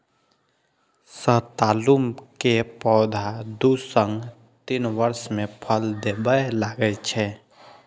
सतालू के पौधा दू सं तीन वर्ष मे फल देबय लागै छै